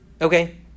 Okay